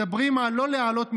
מדברים על לא להעלות מיסים,